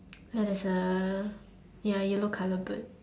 like there's a ya yellow color bird